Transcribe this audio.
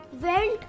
went